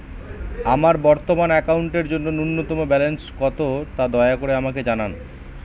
আমার বর্তমান অ্যাকাউন্টের জন্য ন্যূনতম ব্যালেন্স কত তা দয়া করে আমাকে জানান